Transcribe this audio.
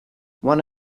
one